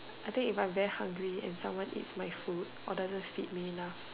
I think if I am very hungry and someone eats my food or doesn't feed me enough